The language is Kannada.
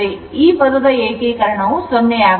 ಈ ಪದದ ಏಕೀಕರಣವು 0 ಆಗುತ್ತದೆ